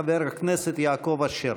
חבר הכנסת יעקב אשר.